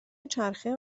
چرخه